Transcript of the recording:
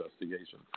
investigation